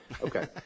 Okay